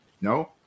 No